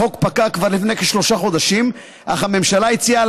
החוק פקע כבר לפני כשלושה חודשים אך הממשלה הציעה